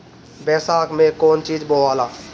बैसाख मे कौन चीज बोवाला?